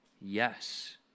Yes